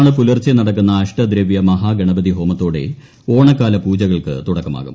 നാളെ പുലർച്ചെ നടക്കുന്ന അഷ്ടദ്രവൃ മഹാഗണപതി ഹോമത്തോടെ ഓണക്കാല പൂജകൾക്ക് തുടക്കമാകും